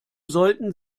sollten